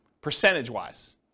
percentage-wise